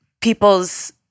people's